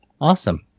Awesome